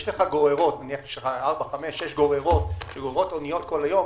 יש לך ארבע, חמש גוררות, שגוררות אוניות כל היום,